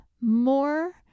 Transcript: more